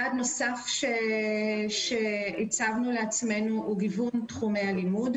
יעד נוסף שהצבנו לעצמנו הוא גיוון תחומי הלימוד,